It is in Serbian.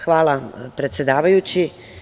Hvala, predsedavajući.